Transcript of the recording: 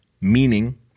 meaning